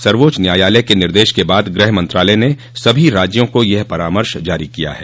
सर्वोच्च न्यायालय के निर्देश के बाद गृह मंत्रालय ने सभी राज्यों को यह परामर्श जारी किया है